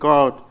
God